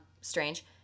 strange